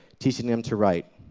teaching them to write.